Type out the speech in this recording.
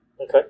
Okay